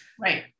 Right